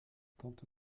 tente